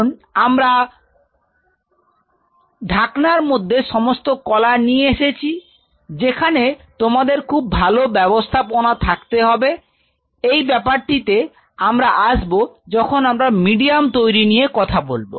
এখন আমরা ঢাকার মধ্যে সমস্ত কলা নিয়ে এসেছি যেখানে তোমাদের খুব ভালো ব্যবস্থাপনা থাকতে হবে এই ব্যাপারটিতে আমরা আসবো যখন আমরা মিডিয়াম তৈরি নিয়ে কথা বলব